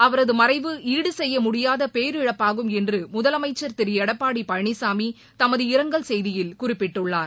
அவரது மறைவு ஈடுசெய்யமுடியாத பேரிழப்பாகும் என்று முதலமைச்சர் திரு எடப்பாடி பழனிசாமி தமது இரங்கல் செய்தியில் குறிப்பிட்டுள்ளார்